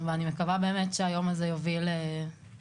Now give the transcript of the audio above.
ואני מקווה באמת שהיום הזה יוביל לשינוי.